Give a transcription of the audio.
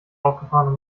aufgefahren